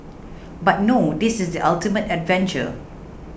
but no this is the ultimate adventure